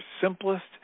simplest